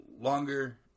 longer